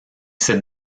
cette